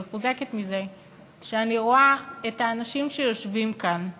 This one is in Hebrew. אני מחוזקת מזה שאני רואה את האנשים שיושבים כאן,